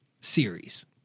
series